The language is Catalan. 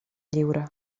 lliure